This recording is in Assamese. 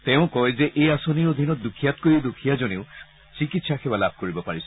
তেওঁ কয় যে এই আঁচনিৰ অধীনত দুখীয়াতকৈও দুখীয়াজনেও চিকিৎসা সেৱা লাভ কৰিব পাৰিছে